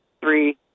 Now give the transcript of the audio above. three